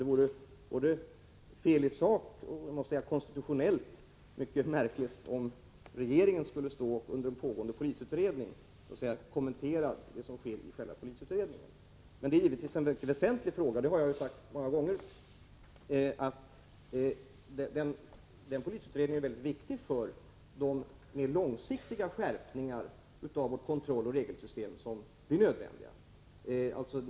Det vore både fel i sak och konstitutionellt mycket märkligt om regeringen under pågående polisutredning skulle kommentera det som sker i själva polisutredningen. Men detta är givetvis en mycket väsentlig fråga, det har jag sagt många gånger. Polisutredningen är mycket viktig för de mer långsiktiga skärpningar av vårt kontrolloch regelsystem som blir nödvändiga.